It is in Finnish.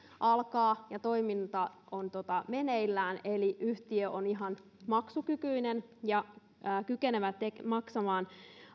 alkaa ja toiminta on meneillään eli yhtiö on ihan maksukykyinen ja kykenevä maksamaan